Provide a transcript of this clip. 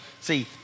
See